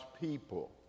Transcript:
people